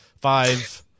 Five